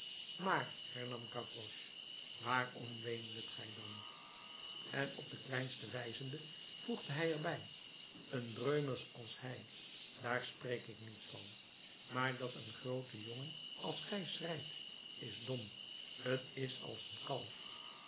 maar hernam gavroche waarom weendet gij dan en op den kleinste wijzende voegde hij er bij een dreumes als hij daar spreek ik niet van maar dat een groote jongen als gij schreit is dom t is als een kalf